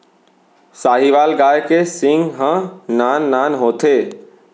साहीवाल गाय के सींग ह नान नान होथे